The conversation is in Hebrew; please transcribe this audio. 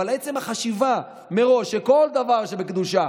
אבל עצם החשיבה מראש שכל דבר שבקדושה,